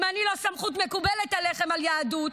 אם אני לא סמכות מקובלת עליכם ביהדות,